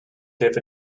give